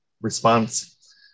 response